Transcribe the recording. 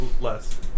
Less